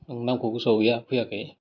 नामखौ गोसोआव गैया फैयाखै